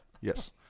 yes